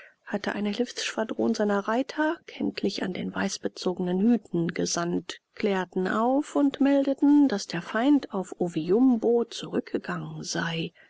hatte eine hilfsschwadron seiner reiter kenntlich an den weiß bezogenen hüten gesandt klärten auf und meldeten daß der feind auf oviumbo zurückgegangen sei